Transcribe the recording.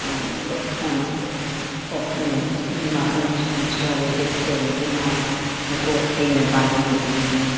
और अपना ओखली में जो माखन चुरा लेते थे तो उनकी माँ उनको ओखली में बाँध देती थी